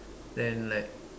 then like